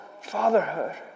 fatherhood